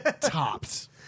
Tops